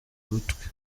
butwi